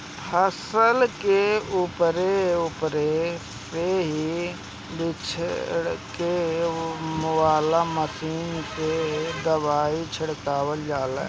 फसल के उपरे उपरे से ही छिड़के वाला मशीन से दवाई छिड़का जाला